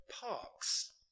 parks